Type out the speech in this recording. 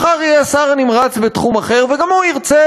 מחר יהיה שר נמרץ בתחום אחר וגם הוא ירצה,